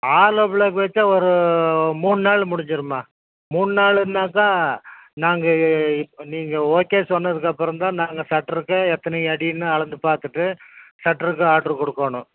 ஆலோ block வச்சா ஒரு மூணு நாளில் முடிஞ்சிரும்மா மூணு நாலுனாக்கா நாங்கள் இப்போ நீங்கள் ஓகே சொன்னதுக்கப்பறம் தான் நாங்கள் சட்ருக்கும் எத்தனை அடின்னு அளந்து பார்த்துட்டு சட்ருக்கு ஆர்ட்ரு கொடுக்கோணும்